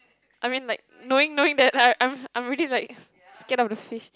I mean like knowing knowing that like I'm I'm really like scared of the fish